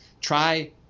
try